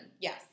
Yes